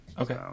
okay